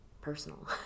personal